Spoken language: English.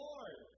Lord